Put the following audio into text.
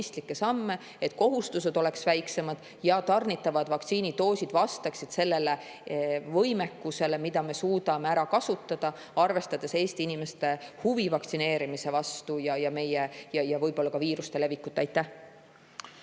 et kohustused oleks väiksemad ja tarnitavad vaktsiinidoosid vastaksid sellele võimekusele, mis me suudame ära kasutada, arvestades Eesti inimeste huvi vaktsineerimise vastu ja võib-olla ka viiruste levikut. Aitäh!